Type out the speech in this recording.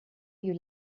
you